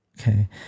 Okay